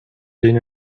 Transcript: dinner